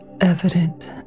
evident